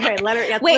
Wait